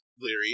leery